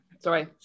Sorry